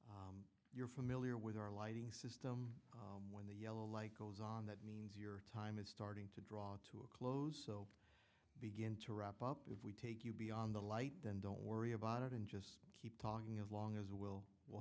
you're familiar with our lighting system when the yellow light goes on that means your time is starting to draw to a close so begin to wrap up if we take you beyond the light then don't worry about it and just keep talking of long as will w